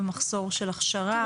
במחסור של הכשרה?